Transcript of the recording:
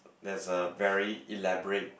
there's a very elaborate